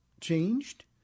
changed